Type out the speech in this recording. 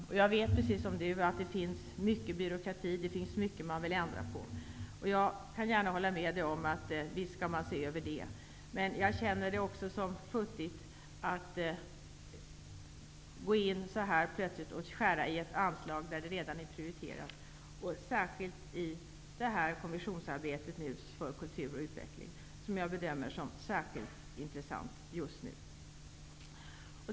Jag vet precis som Simon Liliedahl att det finns mycket byråkrati och mycket som man vill ändra på. Jag kan gärna hålla med honom om att det bör ses över. Men det känns också futtigt att plötsligt vilja skära i ett anslag som redan är prioriterat, särskilt när det gäller kommissionsarbetet för kultur och utveckling, som jag bedömer som särskilt intressant just nu.